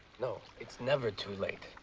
no, it's never too late.